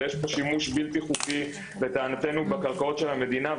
ושי פה שימוש בלתי חוקי לטענתנו בקרקעות של המדינה.